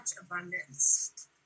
abundance